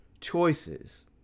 choices